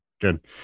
Good